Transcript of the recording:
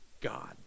God